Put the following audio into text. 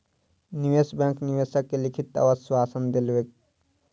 निवेश बैंक निवेशक के लिखित आश्वासन देलकै